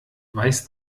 weiß